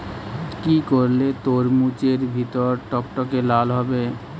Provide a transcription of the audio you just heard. কি করলে তরমুজ এর ভেতর টকটকে লাল হবে?